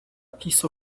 piece